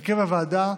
הרכב הוועדה: